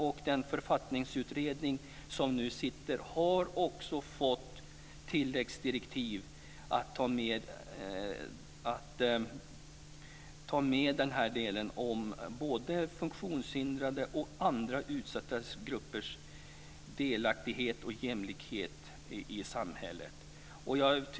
Den sittande Författningsutredningen har fått tilläggsdirektiv att ta med frågan om funktionshindrades och andra utsatta gruppers delaktighet och jämlikhet i samhället.